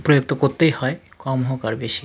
প্রয়োগ তো করতেই হয় কম হোক আর বেশি